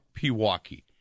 Pewaukee